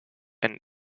and